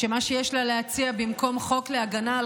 כשמה שיש לה להציע במקום חוק להגנה על